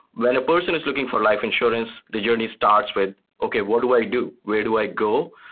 when a person is looking for life insurance, the journey starts with, okay, what do i do? where do i go?